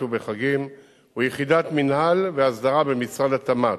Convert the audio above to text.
ובחגים הוא יחידת מינהל והסדרה במשרד התמ"ת.